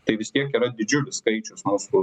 tai vis tiek yra didžiulis skaičius smalsų